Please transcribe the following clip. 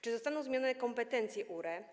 Czy zostaną zmienione kompetencje URE?